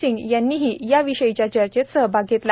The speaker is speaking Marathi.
सिंग यांनीही याविषयीच्या चर्चेत सहभाग घेतला